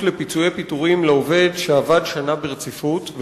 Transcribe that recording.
לפיצויי פיטורים לעובד שעבד שנה ברציפות,